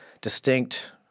distinct—